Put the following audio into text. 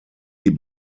die